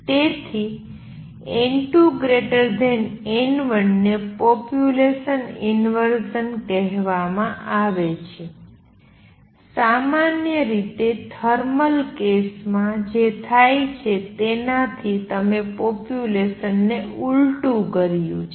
તેથી n2 n1 ને population inversion કહેવામાં આવે છે સામાન્ય રીતે થર્મલ કેસમાં જે થાય છે તેનાથી તમે પોપ્યુલેસન ને ઊલટું કર્યું છે